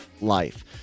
life